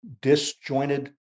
Disjointed